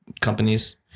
companies